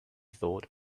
thought